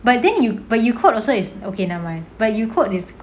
but then you but you code also is okay never mind but you code is